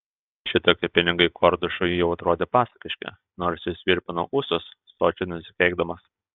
šitokie pinigai kordušui jau atrodė pasakiški nors jis virpino ūsus sočiai nusikeikdamas